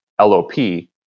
LOP